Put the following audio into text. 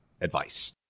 advice